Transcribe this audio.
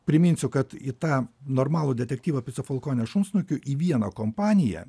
priminsiu kad į tą normalų detektyvą pico folkonės šunsnukių į vieną kompaniją